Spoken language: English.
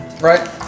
Right